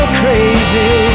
crazy